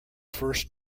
first